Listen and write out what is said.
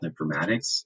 Informatics